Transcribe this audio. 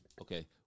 Okay